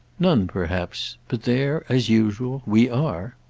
none perhaps. but there as usual we are!